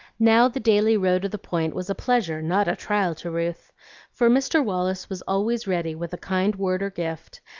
now the daily row to the point was a pleasure, not a trial, to ruth for mr. wallace was always ready with a kind word or gift,